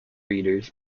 readers